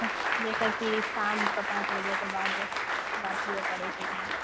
जइसे कि शामके पाँच बजेके बाद बात हुअ पड़ै छै कि नहि